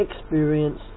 experience